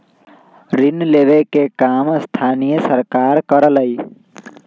ऋण लेवे के काम स्थानीय सरकार करअलई